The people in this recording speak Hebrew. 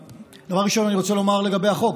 דבר ראשון אני רוצה לומר לגבי החוק.